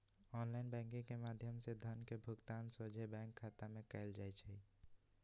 online banking के माध्यम से धन के भुगतान सोझे बैंक खता में कएल जाइ छइ